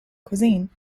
cuisine